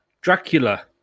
Dracula